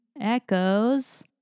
Echoes